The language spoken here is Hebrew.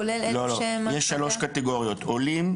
יש שלוש קטיגוריות: עולים,